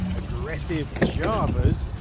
aggressive javas,